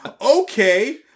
Okay